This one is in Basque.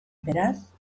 beraz